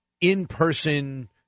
in-person